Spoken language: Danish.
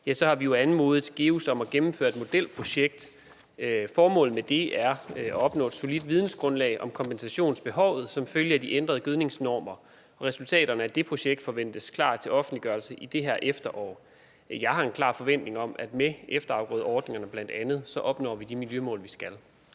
har vi anmodet GEUS om at gennemføre et modelprojekt. Formålet med det er at opnå et solidt vidensgrundlag om kompensationsbehovet som følge af de ændrede gødningsnormer. Resultaterne af det projekt forventes klar til offentliggørelse i det her efterår. Jeg har en klar forventning om, at med bl.a. efterafgrødeordningerne opnår vi de miljømål, vi skal.